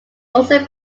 also